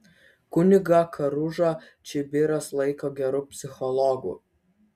kunigą karužą čibiras laiko geru psichologu